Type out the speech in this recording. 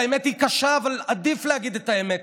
האמת היא קשה, אבל עדיף להגיד את האמת.